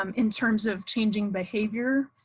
um in terms of changing behavior.